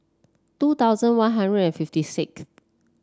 two thousand One Hundred and fifty sixth